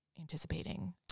anticipating